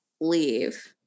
leave